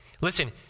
Listen